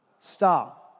Stop